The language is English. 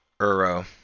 Euro